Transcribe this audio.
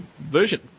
version